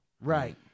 right